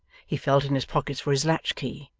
he felt in his pockets for his latch-key,